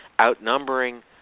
outnumbering